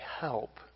help